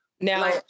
now